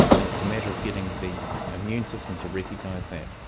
and it's a matter of getting the immune system to recognise that.